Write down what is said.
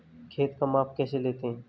खेत का माप कैसे लेते हैं?